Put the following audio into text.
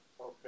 Okay